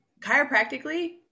chiropractically